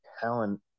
talent